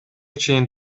чейин